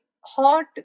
hot